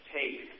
take